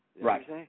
Right